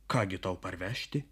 ką gi tau parvežti